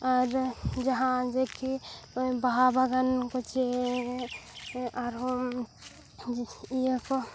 ᱟᱨ ᱡᱟᱦᱟᱸ ᱡᱮᱠᱤ ᱵᱟᱦᱟ ᱵᱟᱜᱟᱱ ᱠᱚ ᱪᱮ ᱟᱨᱦᱚᱸ ᱤᱭᱟᱹ ᱠᱚ